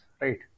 right